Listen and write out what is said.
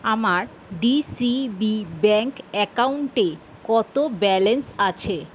আমার DCB bank অ্যাকাউন্টে কত ব্যালেন্স আছে